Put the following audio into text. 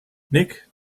nick